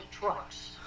trucks